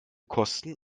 kosten